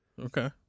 Okay